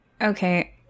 Okay